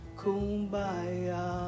kumbaya